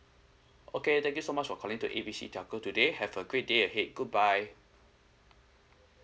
okay thank you so much for calling to A B C telco today have a great day ahead goodbye